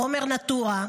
עומר נאוטרה,